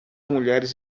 mulheres